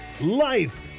life